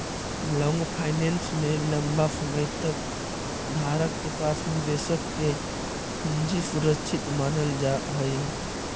long finance में लंबा समय तक धारक के पास निवेशक के पूंजी सुरक्षित मानल जा हई